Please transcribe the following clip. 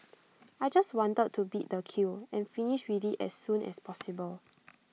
I just wanted to beat the queue and finish with IT as soon as possible